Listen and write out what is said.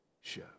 show